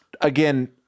again